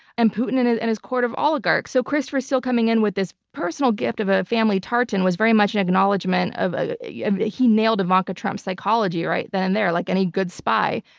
and putin and his and his court of oligarchs. so christopher steele coming in with this personal gift of a family tartan was very much an acknowledgment. ah yeah he nailed ivanka trump's psychology right then and there, like any good spy.